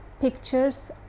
pictures